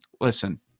Listen